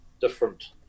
different